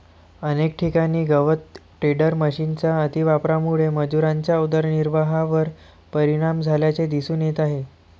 अनेक ठिकाणी गवत टेडर मशिनच्या अतिवापरामुळे मजुरांच्या उदरनिर्वाहावर परिणाम झाल्याचे दिसून येत आहे